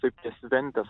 taip ties ventės